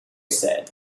said